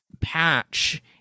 Patch